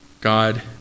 God